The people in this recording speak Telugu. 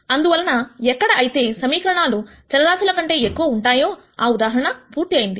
అందువలన ఎక్కడ అయితే సమీకరణాలు చరరాశుల కంటే ఎక్కువ ఉంటాయో ఆ ఉదాహరణ పూర్తయింది